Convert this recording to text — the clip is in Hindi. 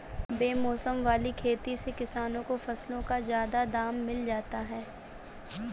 बेमौसम वाली खेती से किसानों को फसलों का ज्यादा दाम मिल जाता है